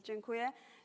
Dziękuję.